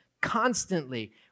constantly